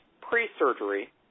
pre-surgery